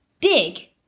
Big